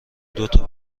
دوتا